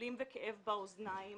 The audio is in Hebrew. צלצולים וכאב באוזניים,